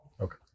okay